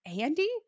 Andy